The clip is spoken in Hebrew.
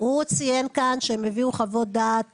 אתה צריך להבין, הוא ציין כאן שהם הביאו חוות דעת